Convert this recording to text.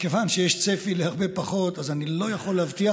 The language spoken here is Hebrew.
מכיוון שיש צפי להרבה פחות אז אני לא יכול להבטיח,